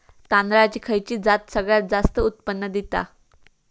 तांदळाची खयची जात सगळयात जास्त उत्पन्न दिता?